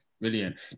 Brilliant